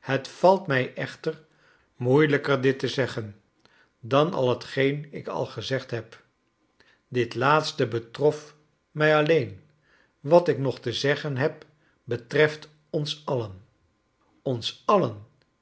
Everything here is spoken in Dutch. het valt mij echter moeilijker dit te zeggen dan ai hetgeen ik al gezegd heb bit laatste betrof mij alleen wat ik nog te zeggen heb betreft ons alien ons alien